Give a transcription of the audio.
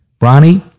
Ronnie